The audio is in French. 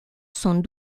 sont